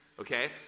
okay